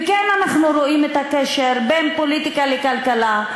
וכן אנחנו רואים את הקשר שבין פוליטיקה לכלכלה,